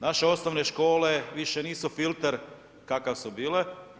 Naše osnovne škole više nisu filter kakav su bile.